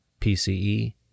PCE